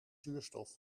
zuurstof